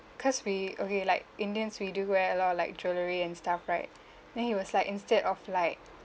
cause we okay like indians we do wear a lot of like jewellery and stuff right then he was like instead of like